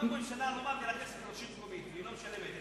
אם הממשלה לא מעבירה כסף לרשות מקומית והיא לא משלמת,